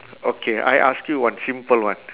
okay I ask you one simple one